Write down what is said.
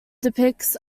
depicts